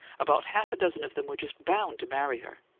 about half a dozen of them were just bound to marry her!